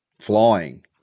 flying